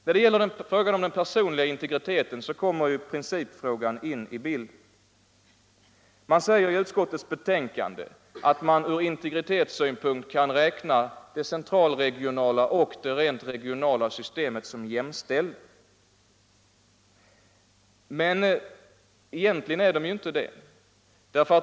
När det gäller den personliga integriteten kommer principfrågan in i bilden. I utskottets betänkande sägs det att man från integritetssynpunkt kan räkna det central/regionala systemet och det rent regionala som jämställda. Egentligen är det inte så.